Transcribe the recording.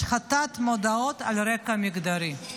השחתת מודעות על רקע מגדרי.